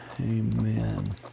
amen